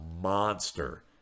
monster